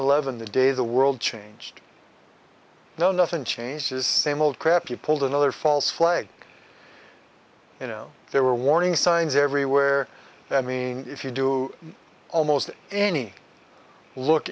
eleven the day the world changed no nothing changes the same old crap you pulled another false flag you know there were warning signs everywhere i mean if you do almost any look